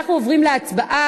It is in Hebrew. אנחנו עוברים להצבעה.